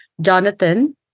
Jonathan